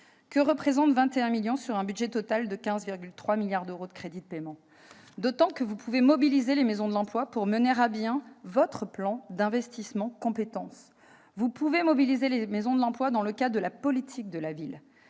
Que représentent 21 millions d'euros sur un budget total de 15,3 milliards d'euros de crédits de paiement ? D'autant que vous pouvez mobiliser les maisons de l'emploi pour mener à bien votre plan d'investissement dans les compétences, le PIC. Vous pouvez également mobiliser les maisons de l'emploi dans le cadre de la politique de la ville.